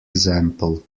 example